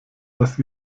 dass